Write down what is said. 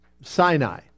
Sinai